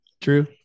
True